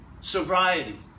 sobriety